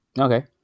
Okay